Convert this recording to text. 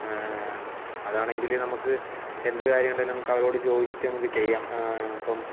അതാണെങ്കിൽ നമുക്ക് എന്ത് കാര്യമിണ്ടേലും നമുക്ക് അവരോട് ചോദിച്ചിട്ട് നമുക്ക് ചെയ്യാം ഇപ്പം